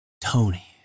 Tony